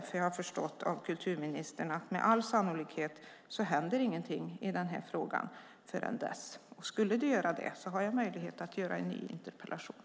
Jag har förstått av det kulturministern har sagt att det med all sannolik inte händer någonting i den här frågan förrän dess. Och skulle det göra det har jag möjlighet att lämna en ny interpellation.